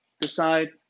decide